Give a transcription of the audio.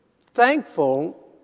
thankful